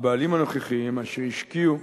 הבעלים הנוכחיים, אשר השקיעו,